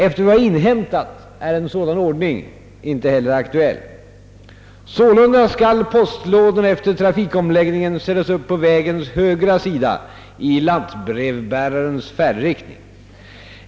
Efter vad jag inhämtat är en sådan ordning inte heller aktuell. Sålunda skall postlådorna efter trafikomläggningen sättas upp på vägens högra sida i lantbrevbärarens färdriktning.